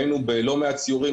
היינו בלא מעט סיורים,